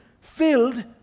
filled